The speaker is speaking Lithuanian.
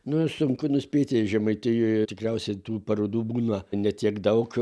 nu sunku nuspėti žemaitijoje tikriausiai tų parodų būna ne tiek daug